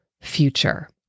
future